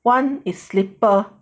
one is slipper